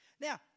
Now